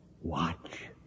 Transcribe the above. Watch